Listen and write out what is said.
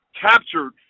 captured